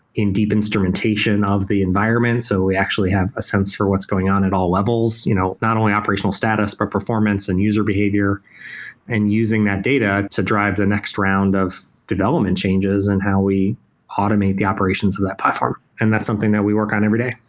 in deep instrumentation of the environment. so we actually have a sense for what's going on at all levels, you know not only operational status, but performance and user behavior and using that data to drive the next round of development changes and how we automate the operations to that platform, and that's something that we work on every day.